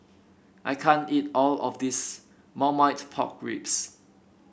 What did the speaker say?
I can't eat all of this Marmite Pork Ribs